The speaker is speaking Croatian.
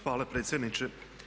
Hvala predsjedniče.